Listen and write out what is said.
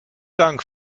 dank